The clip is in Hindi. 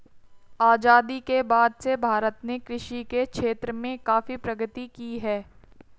आजादी के बाद से भारत ने कृषि के क्षेत्र में काफी प्रगति की है